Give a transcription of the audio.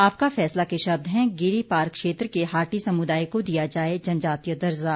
आपका फैसला के शब्द हैं गिरी पार क्षेत्र के हाटी समुदाय को दिया जाये जनजातीय दर्जा